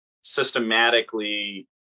systematically